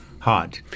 Hard